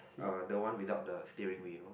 uh the one without the steering wheel